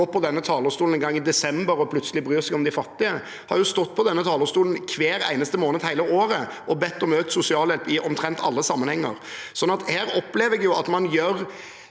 på denne talerstolen en gang i desember og plutselig bryr seg om de fattige. Vi har stått på denne talerstolen hver eneste måned hele året og bedt om økt sosialhjelp i omtrent alle sammenhenger. Her opplever jeg at man gjør